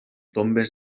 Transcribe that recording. tombes